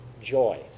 joy